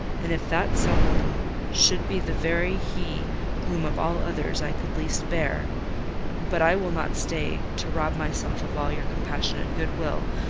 and if that some one should be the very he whom, of all others, i could least bear but i will not stay to rob myself of all your compassionate goodwill,